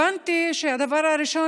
הבנתי שהדבר הראשון,